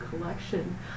collection